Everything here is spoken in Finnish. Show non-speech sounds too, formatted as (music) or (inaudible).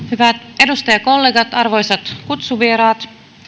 (unintelligible) hyvät edustajakollegat arvoisat kutsuvieraat